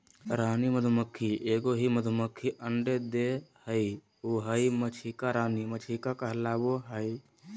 रानी मधुमक्खी एगो ही मधुमक्खी अंडे देहइ उहइ मक्षिका रानी मक्षिका कहलाबैय हइ